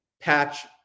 patch